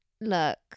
look